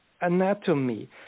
anatomy